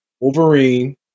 Wolverine